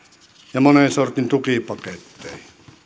ja monen sortin tukipaketteihin